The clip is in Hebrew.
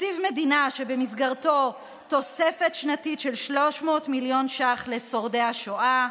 תקציב מדינה שבמסגרתו תוספת שנתית של 300 מיליון ש"ח לשורדי השואה,